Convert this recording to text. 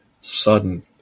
sudden